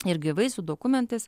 ir gyvai su dokumentais